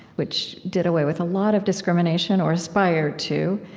which did away with a lot of discrimination, or aspired to,